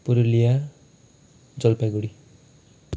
Jalpaiguri